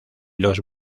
los